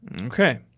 Okay